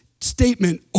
statement